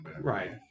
Right